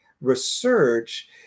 research